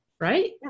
right